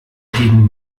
gegen